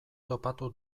topatu